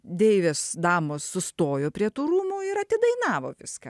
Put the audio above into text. deivės damos sustojo prie tų rūmų ir atidainavo viską